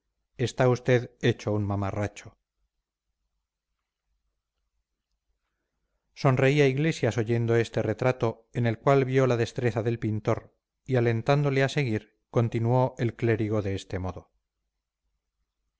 está usted hecho un mamarracho sonreía iglesias oyendo este retrato en el cual vio la destreza del pintor y alentándole a seguir continuó el clérigo de este modo